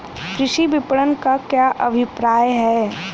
कृषि विपणन का क्या अभिप्राय है?